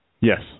Yes